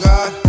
God